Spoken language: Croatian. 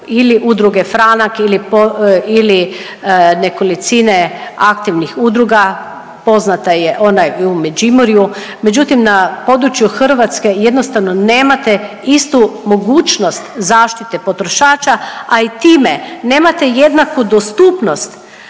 ili Udruge Franak ili nekolicine aktivnih udruga poznata je ona u Međimurju, međutim na području Hrvatske jednostavno nemate istu mogućnost zaštite potrošača, a i time nemate jednaku dostupnost